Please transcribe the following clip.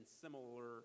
similar